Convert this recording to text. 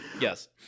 Yes